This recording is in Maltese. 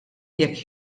jekk